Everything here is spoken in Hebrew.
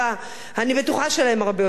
אני בטוחה שלהם הרבה יותר קשה.